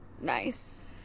Nice